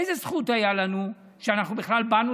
איזו זכות הייתה לנו שאנחנו בכלל באנו